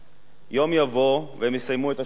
יום יבוא והם יסיימו את השירות שלהם.